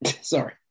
sorry